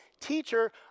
Teacher